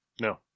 No